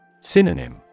Synonym